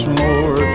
more